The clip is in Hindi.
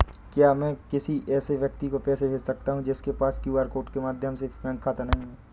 क्या मैं किसी ऐसे व्यक्ति को पैसे भेज सकता हूँ जिसके पास क्यू.आर कोड के माध्यम से बैंक खाता नहीं है?